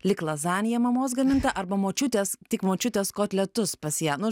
lyg lazaniją mamos gamintą arba močiutės tik močiutės kotletus pas ją nu